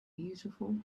beautiful